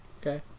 Okay